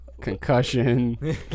Concussion